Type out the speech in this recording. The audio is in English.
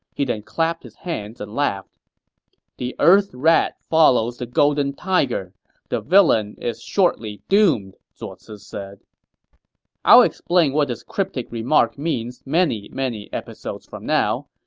he then clapped his hands and laughed the earth rat follows the golden tiger the villain is shortly doomed, zuo ci said i'll explain what this cryptic remark means many many episodes from now,